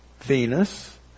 Venus